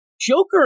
Joker